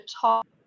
talk